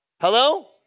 Hello